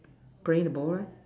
playing the ball right